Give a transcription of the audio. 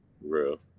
Real